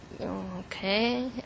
Okay